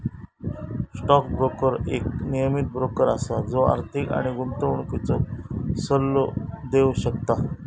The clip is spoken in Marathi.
स्टॉक ब्रोकर एक नियमीत ब्रोकर असा जो आर्थिक आणि गुंतवणुकीचो सल्लो देव शकता